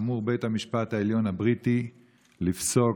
אמור בית המשפט העליון הבריטי לפסוק